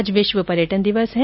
आज विश्व पर्यटन दिवस है